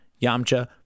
Yamcha